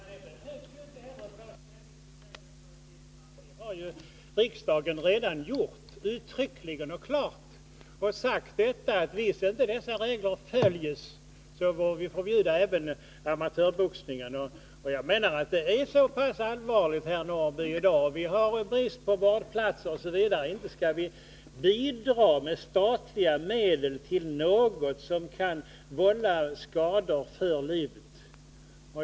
Fru talman! Det behövs inte heller tas ställning till säkerhetsföreskrifterna. Det har riksdagen redan uttryckligt och klart gjort. Den har därvid uttalat att vi, om inte dessa regler följs, får förbjuda även amatörboxningen. Jag menar att läget i samhället i dag är så pass allvarligt, med brist på vårdplatser osv. , att vi inte med statliga medel skall bidra till något som kan vålla skador för livet.